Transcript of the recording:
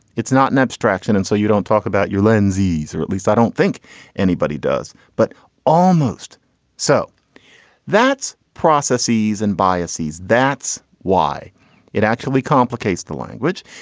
it's not an abstraction. and so you don't talk about your lenses, or at least i don't think anybody does but almost so that's processes and biases. that's why it actually complicates the language.